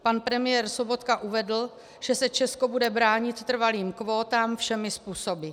Pan premiér Sobotka uvedl, že se Česko bude bránit trvalých kvótám všemi způsoby.